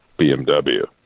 BMW